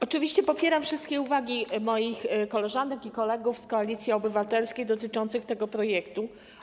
Oczywiście popieram wszystkie uwagi moich koleżanek i kolegów z Koalicji Obywatelskiej dotyczące tego projektu.